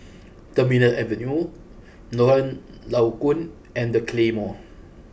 Terminal Avenue Lorong Low Koon and The Claymore